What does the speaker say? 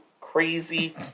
crazy